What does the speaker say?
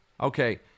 Okay